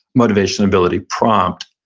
motivation, ability, prompt.